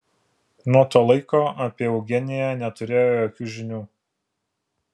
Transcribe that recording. nuo to laiko apie eugeniją neturėjo jokių žinių